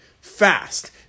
fast